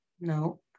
No